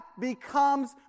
becomes